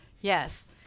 Yes